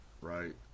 right